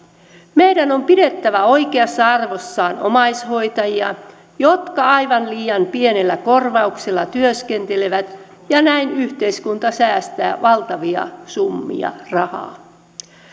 meidän on pidettävä oikeassa arvossaan omaishoitajia jotka aivan liian pienellä korvauksella työskentelevät ja näin yhteiskunta säästää valtavia summia rahaa